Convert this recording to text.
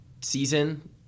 season